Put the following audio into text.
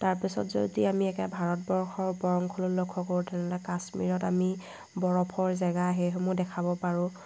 তাৰপিছত যদি আমি একে ভাৰতবৰ্ষৰ ওপৰ অংশলৈ লক্ষ্য কৰোঁ তেনেহ'লে কাশ্মীৰত আমি বৰফৰ জেগা সেইসমূহ দেখাব পাৰোঁ